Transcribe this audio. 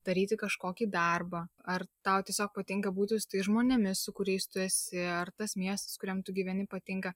daryti kažkokį darbą ar tau tiesiog patinka būti su tais žmonėmis su kuriais tu esi ar tas miestas kuriam tu gyveni patinka